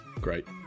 Great